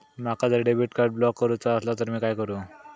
माका जर debit card block करूचा असला तर मी काय करू?